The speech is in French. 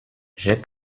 j’ai